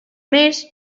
mes